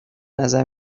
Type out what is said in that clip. نظر